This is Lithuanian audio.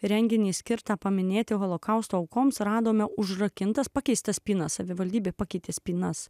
renginį skirtą paminėti holokausto aukoms radome užrakintas pakeista spyna savivaldybė pakeitė spynas